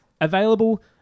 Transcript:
Available